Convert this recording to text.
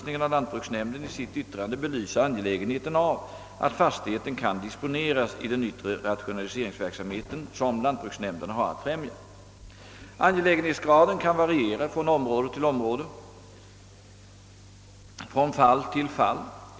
na lantbruksnämnden i sitt yttrande belysa angelägenheten av att fastigheten kan disponeras i den yttre rationaliseringsverksamheten som lantbruksnämnderna har att främja. Angelägenhetsgraden kan variera från område till område, från fall till fall.